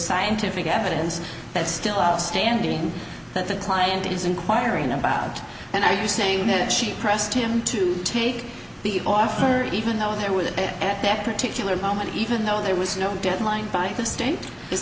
scientific evidence that's still outstanding that the client is inquiring about and are you saying that she pressed him to take the offer even though there was at that particular moment even though there was no deadline by the state i